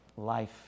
Life